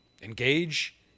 engage